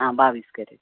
आं बावीस केरट